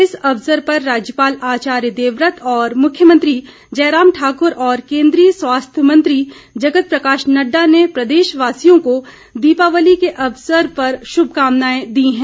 इस अवसर पर राज्यपाल आचार्य देववत और मुख्यमंत्री जयराम ठाकुर और केन्द्रीय स्वास्थ्य मंत्री जगत प्रकाश नड्डा ने प्रदेश वासियों को दीपावली के अवसर पर श्भकामनाएं दी हैं